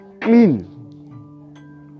clean